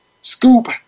Scoop